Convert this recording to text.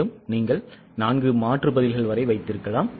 மேலும் நீங்கள் நான்கு மாற்று பதில்கள் வரை வைத்து இருக்கலாம்